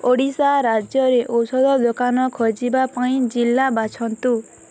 ଓଡ଼ିଶା ରାଜ୍ୟରେ ଔଷଧ ଦୋକାନ ଖୋଜିବା ପାଇଁ ଜିଲ୍ଲା ବାଛନ୍ତୁ